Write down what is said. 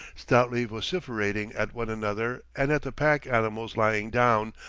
stoutly vociferating at one another and at the pack-animals lying down,